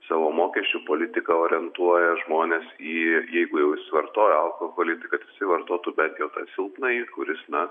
savo mokesčių politiką orientuoja žmones į jeigu jis jau vartoja alkoholį kad jisai vartotų bent jau tą silpnąjį kuris na